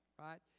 right